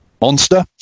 monster